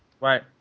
Right